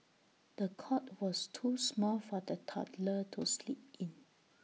the cot was too small for the toddler to sleep in